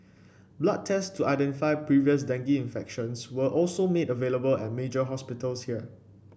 blood tests to identify previous dengue infection were also made available at major hospitals here